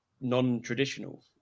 non-traditional